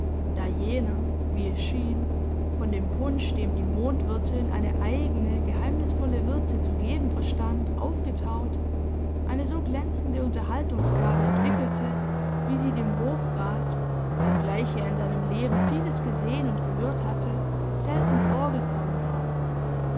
da jener wie es schien von dem punsch dem die mondwirtin eine eigene geheimnisvolle würze zu geben verstand aufgetaut eine so glänzende unterhaltungsgabe entwickelte wie sie dem hofrat obgleich er in seinem leben vieles gesehen und gehört hatte selten vorgekommen war